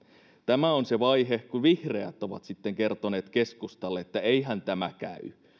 tämä on se vaihe kun vihreät ovat sitten kertoneet keskustalle että eihän tämä käy